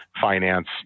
finance